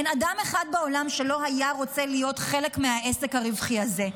אין אדם אחד בעולם שלא היה רוצה להיות חלק מהעסק הרווחי הזה.